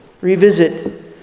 Revisit